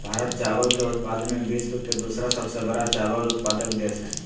भारत चावल के उत्पादन में विश्व के दूसरा सबसे बड़ा चावल उत्पादक देश हइ